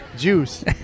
juice